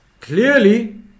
Clearly